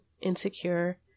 Insecure